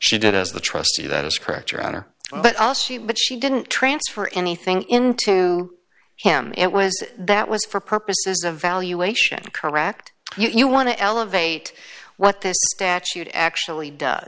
she did as the trustee that is correct your honor but also you but she didn't transfer anything into him it was that was for purposes of valuation correct you want to elevate what this statute actually does